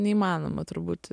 neįmanoma turbūt